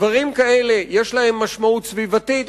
דברים כאלה יש להם משמעות סביבתית,